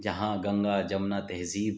جہاں گنگا جمنا تہذیب